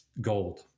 gold